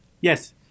Yes